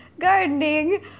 gardening